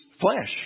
flesh